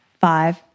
five